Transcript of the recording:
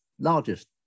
largest